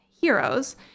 heroes